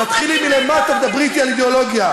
תתחילי מלמטה ותדברי אתי על אידיאולוגיה.